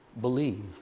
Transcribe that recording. believe